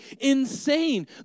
insane